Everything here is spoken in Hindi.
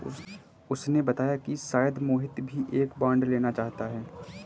उसने बताया कि शायद मोहित भी एक बॉन्ड लेना चाहता है